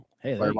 hey